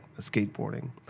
skateboarding